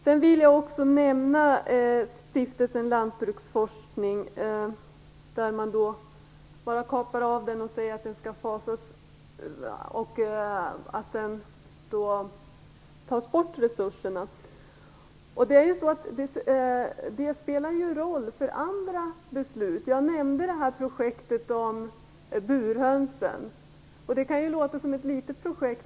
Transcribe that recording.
Sedan vill jag nämna Stiftelsen Lantbruksforskning, som man bara kapar av och tar bort resurser för. Detta spelar roll också för andra beslut. Jag nämnde ju tidigare det projekt som gäller burhönsen. Det kan förefalla vara ett litet projekt.